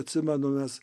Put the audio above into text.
atsimenu mes